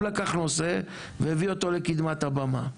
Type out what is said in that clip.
הוא לקח נושא והביא אותו לקדמת הבמה,